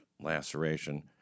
laceration